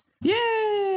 Yay